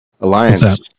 Alliance